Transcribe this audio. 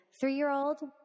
three-year-old